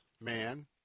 man